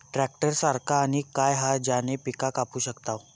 Tractor सारखा आणि काय हा ज्याने पीका कापू शकताव?